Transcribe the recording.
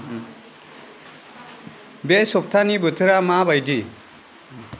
बे सप्तानि बोथोरा माबायदि